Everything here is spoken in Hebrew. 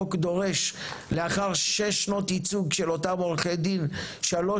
שהחוק דורש לאחר שש שנות ייצוג של אותם עורכי דין שלוש